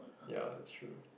ya it's true